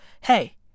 hey